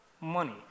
money